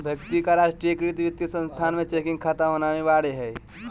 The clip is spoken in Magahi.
व्यक्ति का राष्ट्रीयकृत वित्तीय संस्थान में चेकिंग खाता होना अनिवार्य हइ